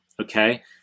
Okay